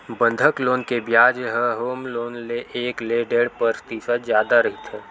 बंधक लोन के बियाज ह होम लोन ले एक ले डेढ़ परतिसत जादा रहिथे